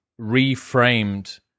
reframed